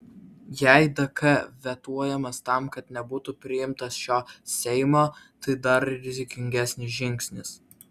jei dk vetuojamas tam kad nebūtų priimtas šio seimo tai dar rizikingesnis žingsnis